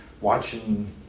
watching